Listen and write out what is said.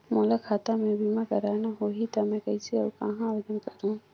मोला खाता मे बीमा करना होहि ता मैं कइसे और कहां आवेदन करहूं?